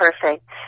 perfect